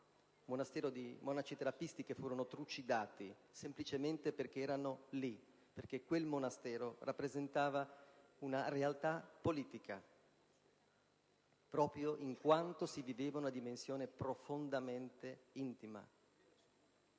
monaci trappisti furono trucidati semplicemente perché erano lì, perché quel monastero rappresentava una realtà politica, proprio in quanto si viveva una dimensione profondamente intima.